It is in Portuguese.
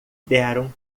deram